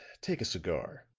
take a cigar,